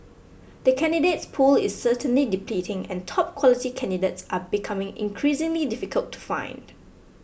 the candidates pool is certainly depleting and top quality candidates are becoming increasingly difficult to find